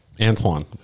antoine